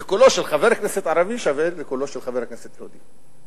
וקולו של חבר כנסת ערבי שווה לקולו של חבר כנסת יהודי.